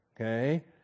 okay